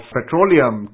petroleum